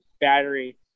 battery